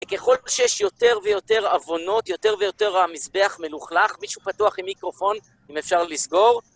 וככל שיש יותר ויותר עוונות, יותר ויותר המזבח מלוכלך, מישהו פתוח עם מיקרופון, אם אפשר לסגור?